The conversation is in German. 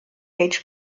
age